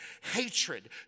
hatred